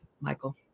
Michael